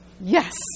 Yes